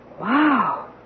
Wow